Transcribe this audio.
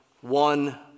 one